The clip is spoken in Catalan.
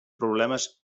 problemes